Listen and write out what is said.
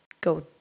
go